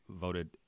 voted